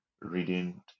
reading